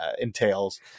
entails